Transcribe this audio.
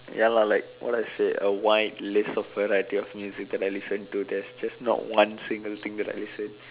ya lah like what I say a wide list of variety of music that I listen to there's just not one single thing that I listen